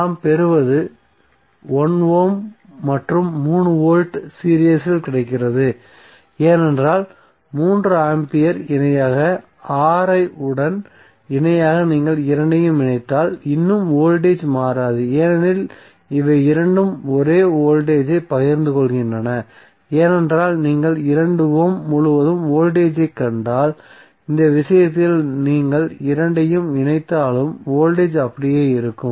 நாம் பெறுவது 1 ஓம் உடன் 3 வோல்ட் சீரிஸ் இல் கிடைக்கிறது ஏனென்றால் 3 ஆம்பியர் இணையாக R உடன் இணையாக நீங்கள் இரண்டையும் இணைத்தால் இன்னும் வோல்டேஜ் மாறாது ஏனெனில் இவை இரண்டும் ஒரே வோல்டேஜ் ஐப் பகிர்ந்து கொள்கின்றன ஏனென்றால் நீங்கள் 2 ஓம் முழுவதும் வோல்டேஜ் ஐக் கண்டால் இந்த விஷயத்தில் நீங்கள் இரண்டையும் இணைத்தாலும் வோல்டேஜ் அப்படியே இருக்கும்